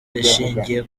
rishingiye